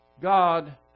God